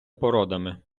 породами